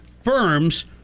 firms